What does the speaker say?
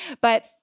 But-